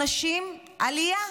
רצח נשים, עלייה.